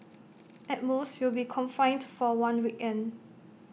at most you'll be confined for one weekend